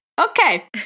Okay